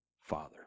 Father